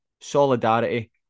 solidarity